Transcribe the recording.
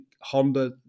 Honda